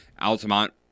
Altamont